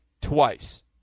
twice